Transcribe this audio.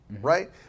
right